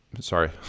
Sorry